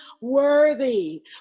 worthy